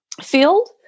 field